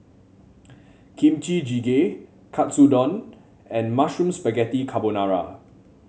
Kimchi Jjigae Katsudon and Mushroom Spaghetti Carbonara